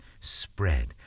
spread